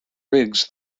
riggs